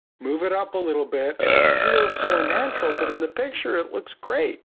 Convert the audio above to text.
move it up a little bit, and it feels so unnatural, but in the picture, it looks great.